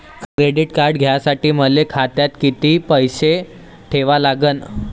Credit card घ्यासाठी मले खात्यात किती पैसे ठेवा लागन?